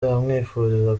amwifuriza